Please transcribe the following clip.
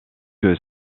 que